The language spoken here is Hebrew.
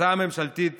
ההצעה הממשלתית